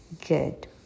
good